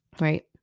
right